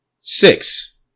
Six